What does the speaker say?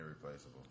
irreplaceable